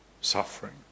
suffering